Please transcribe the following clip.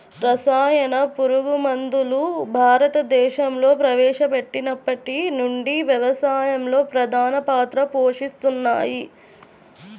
రసాయన పురుగుమందులు భారతదేశంలో ప్రవేశపెట్టినప్పటి నుండి వ్యవసాయంలో ప్రధాన పాత్ర పోషిస్తున్నాయి